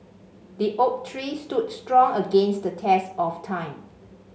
the oak tree stood strong against the test of time